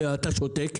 שעל זה אתה שותק,